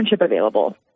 available